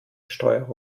steuerung